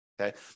Okay